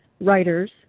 writers